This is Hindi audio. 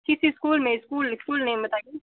किस इस्कूल में स्कूल स्कूल नेम बताइए